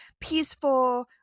peaceful